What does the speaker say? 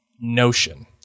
notion